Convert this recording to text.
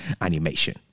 animation